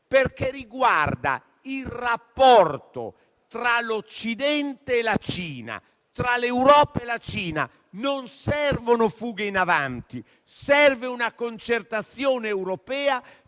perché riguarda il rapporto tra l'Occidente e la Cina, tra l'Europa e la Cina. Non servono fughe in avanti, ma serve una concertazione europea,